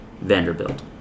Vanderbilt